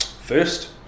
first